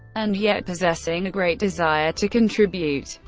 and yet possessing a great desire to contribute.